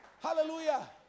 Hallelujah